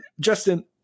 Justin